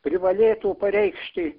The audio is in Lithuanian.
privalėtų pareikšti